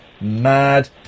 mad